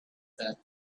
that